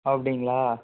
அப்படிங்களா